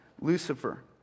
Lucifer